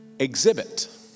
Exhibit